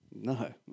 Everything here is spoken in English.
no